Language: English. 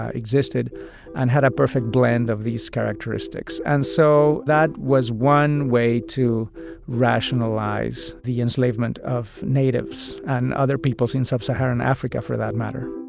ah existed and had a perfect blend of these characteristics. and so that was one way to rationalize the enslavement of natives and other peoples in sub-saharan africa for that matter